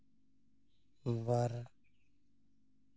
ᱵᱟᱨ